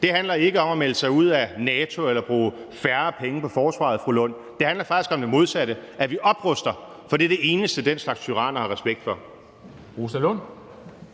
her handler ikke om at melde sig ud af NATO eller bruge færre penge på forsvaret, fru Rosa Lund. Det handler faktisk om det modsatte, nemlig at vi opruster, for det er det eneste, den slags tyranner har respekt for.